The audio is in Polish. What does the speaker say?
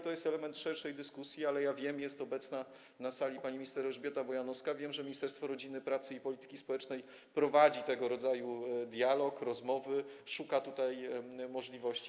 To jest element szerszej dyskusji, ale wiem - jest obecna na sali pani minister Elżbieta Bojanowska - że Ministerstwo Rodziny, Pracy i Polityki Społecznej prowadzi tego rodzaju dialog, rozmowy, szuka tutaj możliwości.